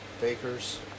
Bakers